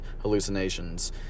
hallucinations